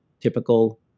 typical